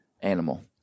animal